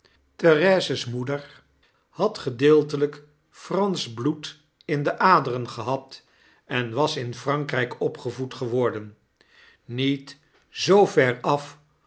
therese's moeder had gedeeltelyk fransch bloed in de aderen gehad en was in frankryk opgevoed geworden niet zoo ver af